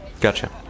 Gotcha